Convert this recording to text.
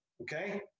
okay